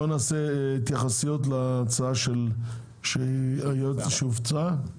לשמוע התייחסויות להצעה שהפיץ היועץ המשפטי.